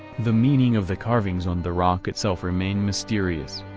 the meaning of the carvings on the rock itself remain mysterious,